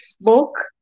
book